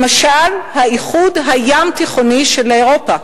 למשל האיחוד הים-תיכוני של אירופה.